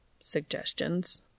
Suggestions